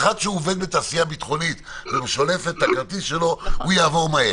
אחד שעובד בתעשייה ביטחונית ושולף את הכרטיס שלו הוא יעבור מהר,